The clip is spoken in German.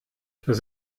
das